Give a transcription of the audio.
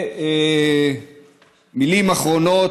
מילים אחרונות.